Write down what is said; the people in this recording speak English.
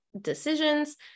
decisions